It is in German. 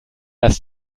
das